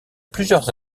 plusieurs